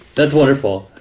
that's wonderful.